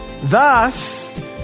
Thus